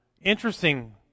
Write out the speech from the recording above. interesting